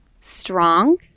strong